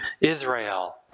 Israel